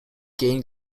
gain